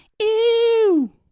Ew